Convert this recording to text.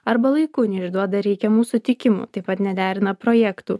arba laiku neišduoda reikiamų sutikimų taip pat nederina projektų